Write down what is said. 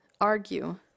argue